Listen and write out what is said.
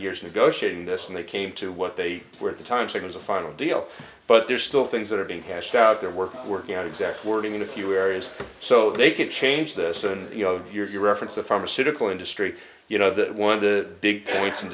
years negotiating this and they came to what they were the times it was a final deal but there are still things that are being hashed out there work working out exact wording in a few areas so they could change this and you know of your view reference the pharmaceutical industry you know that one of the big points